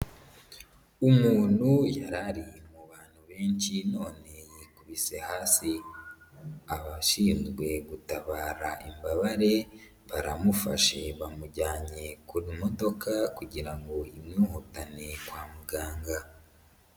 Umuntu yari ari mu bantu benshi none yikubise hasi. Abashinzwe gutabara imbabare, baramufashe bamujyanye ku modoka kugira ngo imwihukutane kwa muganga.